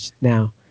now